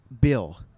bill